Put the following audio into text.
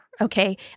Okay